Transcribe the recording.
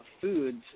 foods